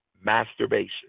masturbation